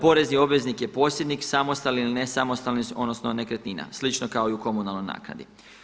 Porezni obveznik je posjednik samostalni ili nesamostalni, odnosno nekretnina slično kao i u komunalnoj naknadi.